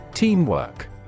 Teamwork